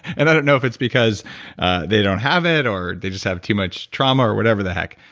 and i don't know if it's because they don't have it or they just have too much trauma or whatever the heck,